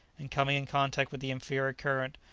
and, coming in contact with the inferior current,